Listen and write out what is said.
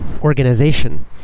organization